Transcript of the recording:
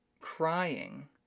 crying